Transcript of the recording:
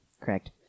Correct